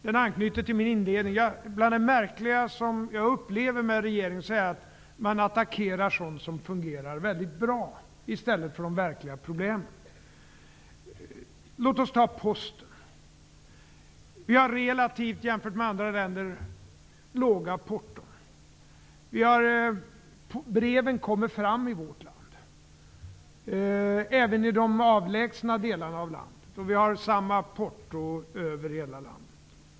Den anknyter till min inledning. Bland det märkliga jag upplever med regeringen är att den attackerar det som fungerar väldigt bra i stället för de verkliga problemen. Låt oss ta Posten som exempel. Jämfört med andra länder har vi relativt låga porton. Breven kommer fram i vårt land, även i de avlägsna delarna av landet, och vi har samma porto över hela landet.